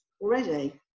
already